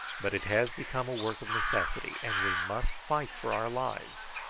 but it has become a work of necessity, and we must fight for our lives.